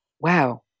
wow